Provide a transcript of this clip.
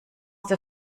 der